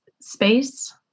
space